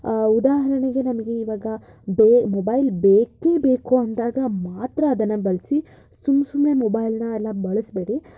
ಉದಾಹರಣೆಗೆ ನಮಗೆ ಈವಾಗ ಬೇ ಮೊಬೈಲ್ ಬೇಕೇ ಬೇಕು ಅಂದಾಗ ಮಾತ್ರ ಅದನ್ನು ಬಳಸಿ ಸುಮ್ಮ ಸುಮ್ಮನೆ ಮೊಬೈಲನ್ನ ಎಲ್ಲ ಬಳಸಬೇಡಿ